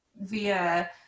via